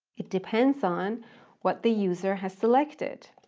it depends on what the user has selected.